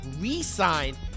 re-signed